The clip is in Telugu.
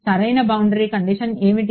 సరైన బౌండరీ కండిషన్ ఏమిటి